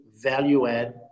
value-add